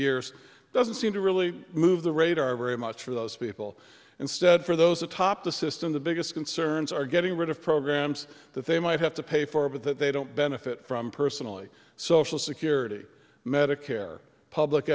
years doesn't seem to really move the radar very much for those people instead for those atop the system the biggest concerns are getting rid of programs that they might have to pay for but that they don't benefit from personally social security medicare public